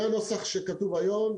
זה הנוסח שכתוב היום.